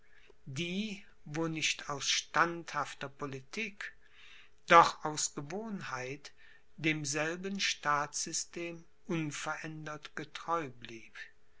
wo nicht aus standhafter politik doch aus gewohnheit demselben staatssystem unverändert getreu blieb